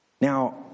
Now